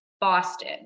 Boston